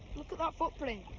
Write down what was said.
look at that footprint.